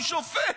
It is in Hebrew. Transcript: כי הוא שופט.